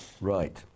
Right